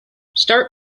start